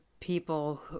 people